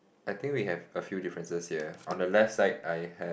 I think we have a few differences here on the left side I have